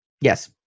Yes